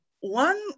One